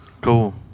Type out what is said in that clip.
Cool